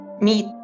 meet